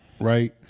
right